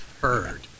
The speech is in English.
heard